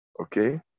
Okay